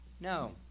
No